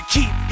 Keep